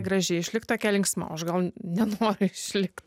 graži išlik tokia linksma o aš gal nenoriu išlikt